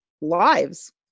lives